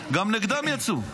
גם נגדן יצאו,